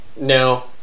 No